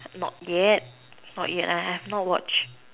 not yet not yet I have not watch